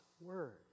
Word